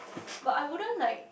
but I wouldn't like